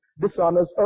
dishonors